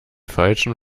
falschen